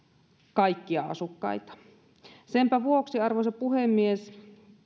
kaikkia asukkaita senpä vuoksi arvoisa puhemies